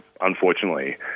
unfortunately